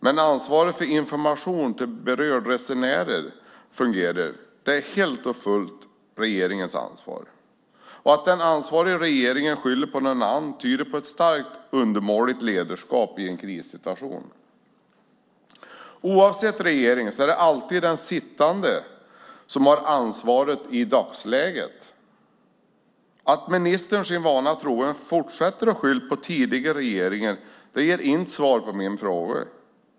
Men att ansvaret för information till berörda resenärer fungerar är helt och fullt regeringens ansvar. Att den ansvariga regeringen skyller på någon annan tyder på ett starkt undermåligt ledarskap i en krissituation. Det är alltid, oavsett vilka som regerar, sittande regering som har ansvaret för den dagsaktuella situationen. Att ministern, sin vana trogen, fortsätter att skylla på den tidigare regeringen ger inte svar på mina frågor.